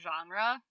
genre